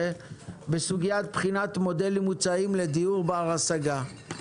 בסוגיית בחינת מודלים מוצעים לדיור בר השגה.